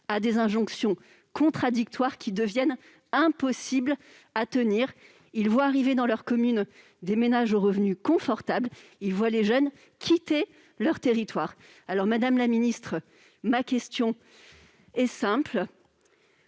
à des injonctions contradictoires qui deviennent impossibles à tenir. Ils voient arriver dans leur commune des ménages aux revenus confortables, tandis que les jeunes quittent leur territoire. Madame la ministre, ma question est simple